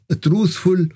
truthful